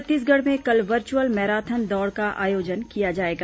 छत्तीसगढ़ में कल virtual marathon दौड़ का आयोजन किया जाएगा